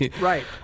Right